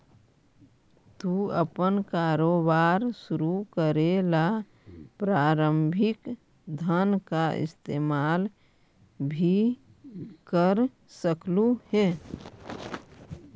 तू अपन कारोबार शुरू करे ला प्रारंभिक धन का इस्तेमाल भी कर सकलू हे